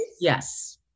Yes